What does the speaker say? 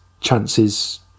chances